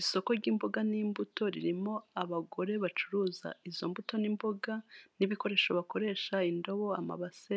Isoko ry'imboga n'imbuto ririmo abagore bacuruza izo mbuto n'imboga n'ibikoresho bakoresha indobo, amabase,